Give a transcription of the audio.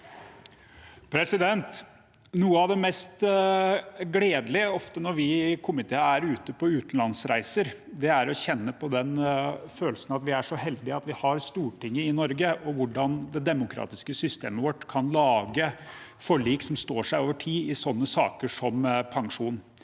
det som ofte er det mest gledelige når vi i komiteene er på utenlandsreiser, er å kjenne på den følelsen at vi er så heldige at vi har Stortinget i Norge, og hvordan det demokratiske systemet vårt kan lage forlik som står seg over tid, i sånne saker som pensjon.